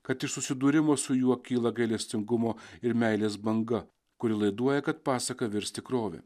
kad iš susidūrimo su juo kyla gailestingumo ir meilės banga kuri laiduoja kad pasaka virs tikrove